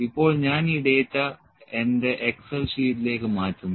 ഇപ്പോൾ ഞാൻ ഈ ഡാറ്റ എന്റെ എക്സൽ ഷീറ്റിലേക്ക് മാറ്റുന്നു